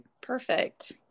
Perfect